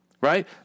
right